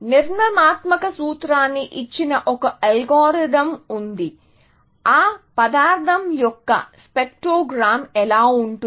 నిర్మాణాత్మక సూత్రాన్ని ఇచ్చిన ఒక అల్గోరిథం ఉంది ఆ పదార్థం యొక్క స్పెక్ట్రోగ్రామ్ ఎలా ఉంటుంది